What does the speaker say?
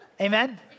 Amen